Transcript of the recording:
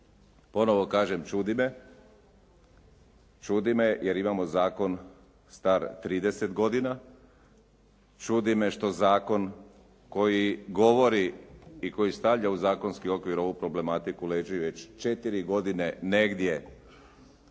Ponovo kažem čudi me, čudi me jer imamo zakon star 30 godina. Čudi me što zakon koji govori i koji stavlja u zakonski okvir ovu problematiku leži već 4 godine negdje